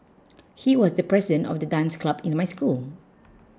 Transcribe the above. he was the president of the dance club in my school